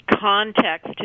context